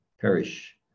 perish